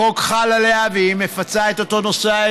החוק חל עליה והיא מפצה את אותו נוסע,